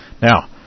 Now